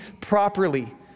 properly